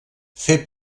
fer